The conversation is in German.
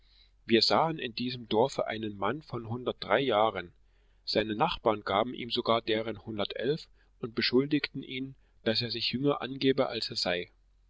wir sahen in diesem dorfe einen mann von hundertdrei jahren seine nachbarn gaben ihm sogar deren hundertelf und beschuldigten ihn daß er sich jünger angebe als er sei